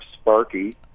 Sparky